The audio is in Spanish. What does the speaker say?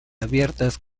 abiertas